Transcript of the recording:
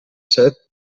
set